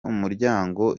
umuryango